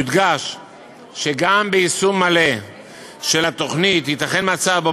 יודגש שגם ביישום מלא של התוכנית ייתכן מצב שבו